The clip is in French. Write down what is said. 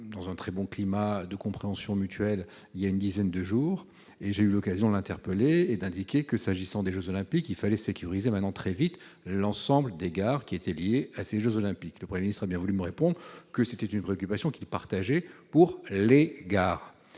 dans un très bon climat de compréhension mutuelle, il y a une dizaine de jours et j'ai eu l'occasion d'interpeller et d'indiquer que, s'agissant des Jeux olympiques, il fallait sécuriser maintenant très vite, l'ensemble des gares qui étaient liés à ces Jeux olympiques, le prix sera bien voulu me répond que c'est une préoccupation qui partagé pour les gares